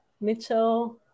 Mitchell